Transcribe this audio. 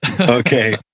okay